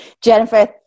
Jennifer